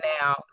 now